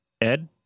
Ed